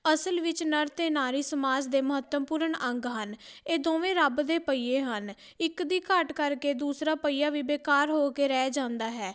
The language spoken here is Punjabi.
ਅਸਲ ਵਿੱਚ ਨਰ ਅਤੇ ਨਾਰੀ ਸਮਾਜ ਦੇ ਮਹੱਤਵਪੂਰਨ ਅੰਗ ਹਨ ਇਹ ਦੋਵੇਂ ਰੱਬ ਦੇ ਪਹੀਏ ਹਨ ਇੱਕ ਦੀ ਘਾਟ ਕਰਕੇ ਦੂਸਰਾ ਪਹੀਆ ਵੀ ਬੇਕਾਰ ਹੋ ਕੇ ਰਹਿ ਜਾਂਦਾ ਹੈ